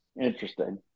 Interesting